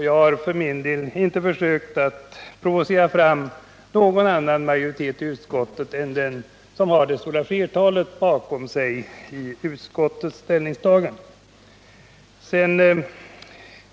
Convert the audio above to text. Jag har för min del inte försökt provocera fram något annat förslag från utskottet än det som flertalet av ledamöterna ställt sig bakom.